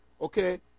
Okay